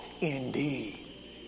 indeed